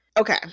Okay